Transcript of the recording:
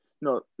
No